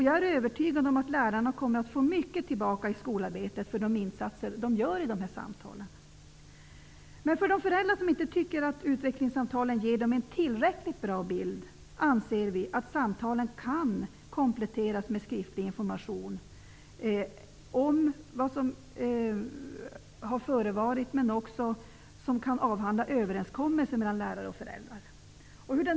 Jag är övertygad om att lärarna kommer att få mycket tillbaka i skolarbetet för de insatser de gör i dessa samtal. För de föräldrar som inte tycker att utvecklingssamtalen ger dem en tillräckligt bra bild anser vi att samtalen kan kompletteras med skriftlig information om vad som har förevarit men också avhandla överenskommelser mellan lärare och föräldrar.